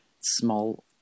small